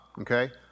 Okay